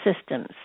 systems